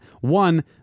one